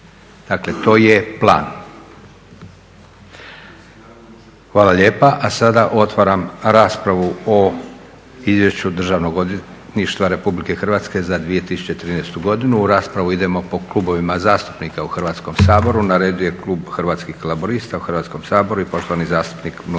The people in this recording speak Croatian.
Dakle to je plan. Hvala lijepa. A sada otvaram raspravu o Izvješću Državnog odvjetništva Republike Hrvatske za 2013. godinu. U raspravu idemo po klubovima zastupnika u Hrvatskom saboru. Na redu je klub Hrvatskih laburista u Hrvatskom saboru i poštovani zastupnik Mladen